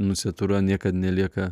nunciatūra niekad nelieka